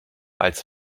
als